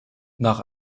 nach